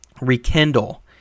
rekindle